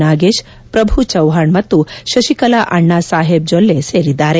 ನಾಗೇಶ್ ಪ್ರಭು ಚೌಹಾಣ್ ಮತ್ತು ಶತಿಕಲಾ ಅಣ್ನಾ ಸಾಹೇಬ್ ಜೊಲ್ಲ ಸೇರಿದ್ದಾರೆ